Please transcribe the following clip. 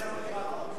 אתה מתכוון לרוני בר-און?